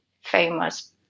famous